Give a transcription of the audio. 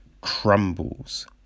crumbles